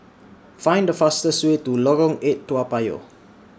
Find The fastest Way to Lorong eight Toa Payoh